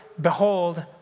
Behold